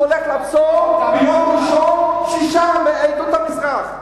הולך לעצור ביום ראשון שישה מעדות המזרח.